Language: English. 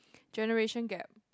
generation gap